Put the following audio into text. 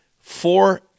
four